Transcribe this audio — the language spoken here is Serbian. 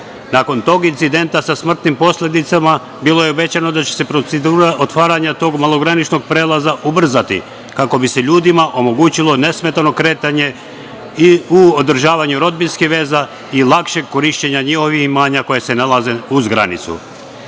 Nakon tog incidenta sa smrtnim posledicama bilo je rečeno da će se procedura otvaranja tog malograničnog prelaza ubrzati kako bi se ljudima omogućilo nesmetano kretanje u održavanju rodbinskih veza i lakšeg korišćenja njihovih imanja koja se nalaze uz granicu. Iako